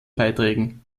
beiträgen